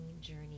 journey